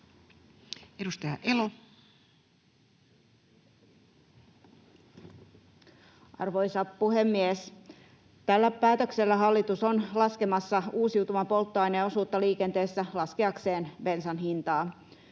Content: Arvoisa puhemies! Tällä päätöksellä hallitus on laskemassa uusiutuvan polttoaineen osuutta liikenteessä laskeakseen bensan hintaa.